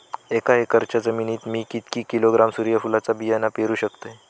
एक एकरच्या जमिनीत मी किती किलोग्रॅम सूर्यफुलचा बियाणा पेरु शकतय?